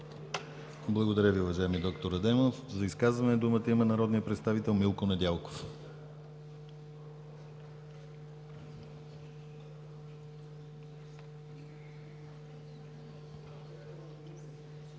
Благодаря Ви, уважаеми д-р Адемов. За изказване думата има народният представител Милко Недялков. МИЛКО